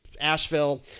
Asheville